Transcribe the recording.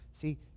See